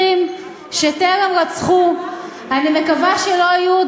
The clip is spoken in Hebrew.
והם אלו שצריכים לקבוע את העונש,